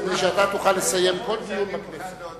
כדי שאתה תוכל לסיים כל דיון בכנסת.